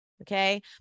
okay